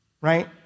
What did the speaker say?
right